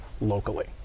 locally